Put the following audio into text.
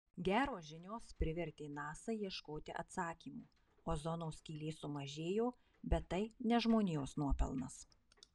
geros žinios privertė nasa ieškoti atsakymų ozono skylė sumažėjo bet tai ne žmonijos nuopelnas